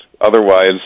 otherwise